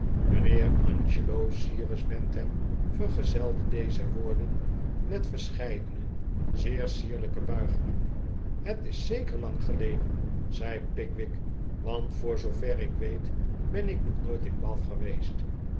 mijnheer angelocyrus bantam vergezelde deze woorden met verscheidene zeer sierlijke buigingen het is zeker lang geleden zei pickwick want voor zoover ik weet ben ik nog nooit in bath geweest